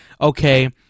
okay